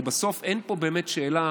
כי בסוף אין פה באמת שאלה